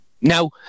now